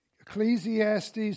Ecclesiastes